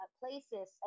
places